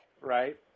right